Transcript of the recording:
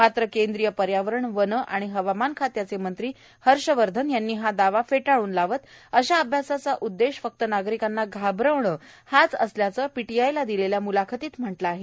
मात्र केंद्रीय पर्यावरण वने आणि हवामान खात्याचे मंत्री हर्षवर्धन यांनी हा दावा फेटाळून लावत अशा अभ्यासाचा उद्देश फक्त नागरिकांना घाबरवणे हाच असल्याचं पीटीआयला दिलेल्या म्लाखतीत म्हटलं आहे